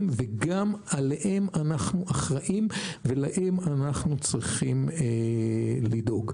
וגם עליהם אנחנו אחראים ולהם אנו צריכים לדאוג.